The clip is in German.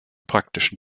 praktischen